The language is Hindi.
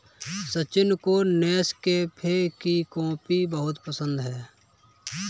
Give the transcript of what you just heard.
सचिन को नेस्कैफे की कॉफी बहुत पसंद है